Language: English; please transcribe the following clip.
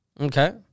Okay